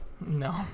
No